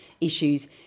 issues